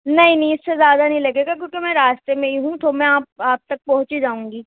نہیں نہیں اس سے زیادہ نہیں لگے گا کیونکہ میں راستے میں ہی ہوں تو میں آپ آپ تک پہنچ ہی جاؤں گی